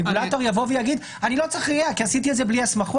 שהרגולטור יגיד שהוא לא צריך RIA כי הוא עשה את זה בלי הסמכה?